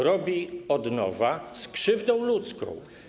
Robi od nowa z krzywdą ludzką.